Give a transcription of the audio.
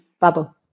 bubble